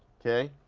okay.